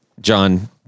John